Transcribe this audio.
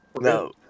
No